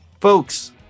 folks